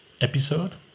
episode